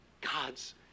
God's